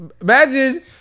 Imagine